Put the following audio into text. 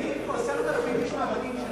העיפו 10,000 איש מהבתים שלהם.